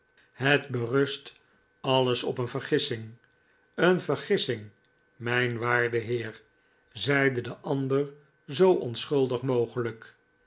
het berust alles op een vergissing een vergissing mijn waarde heer zeide de ander zoo onschuldig mogelijk